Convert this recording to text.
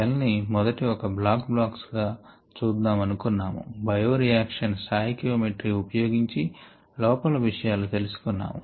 cell ని మొదట ఒక బ్లాక్ బాక్స్ గా చూద్దాం అనుకొన్నాము బయో రియాక్షన్ స్టాఇకియోమెట్రి ఉపయోగించి లోపలి విషయాలు తెలుసుకున్నాము